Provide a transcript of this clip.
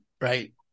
Right